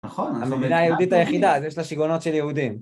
נכון. המדינה היהודית היחידה, זה יש לה שגעונות של יהודים.